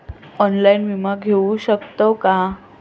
Online विमा घेऊ शकतय का?